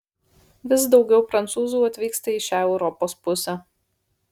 vis daugiau prancūzų atvyksta į šią europos pusę